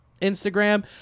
Instagram